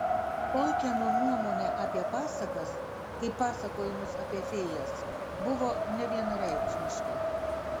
tolkieno nuomonė apie pasakas kaip pasakojimus apie fėjas buvo nevienareikšmiška